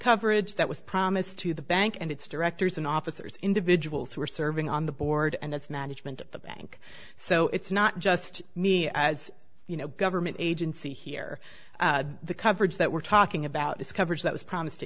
coverage that was promised to the bank and it's directors and officers individuals who are serving on the board and its management of the bank so it's not just me as you know government agency here the coverage that we're talking about is coverage that was promised to